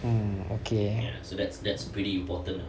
oh okay